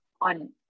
on